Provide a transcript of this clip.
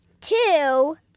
Two